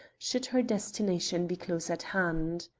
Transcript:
should her destination be close at hand.